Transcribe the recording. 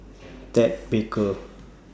Ted Baker